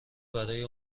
برای